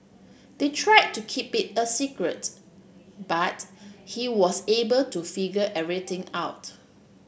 they try to keep it a secret but he was able to figure everything out